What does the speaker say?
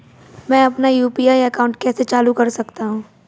मैं अपना UPI account कैसे चालू कर सकता हूँ?